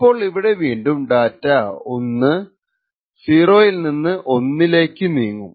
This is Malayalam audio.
ഇപ്പോൾ ഇവിടെ വീണ്ടും ഡാറ്റ 1 0 ൽ നിന്ന് 1 ലേക്ക് നീങ്ങും